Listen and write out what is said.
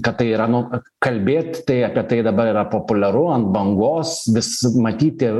kad tai yra nu kalbėt tai apie tai dabar yra populiaru ant bangos vis matyti